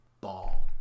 Ball